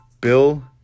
Bill